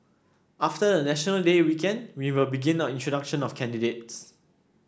after the National Day weekend we will begin our introduction of candidates